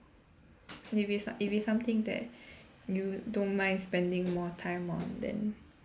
maybe so~ if it's something that you don't mind spending more time on then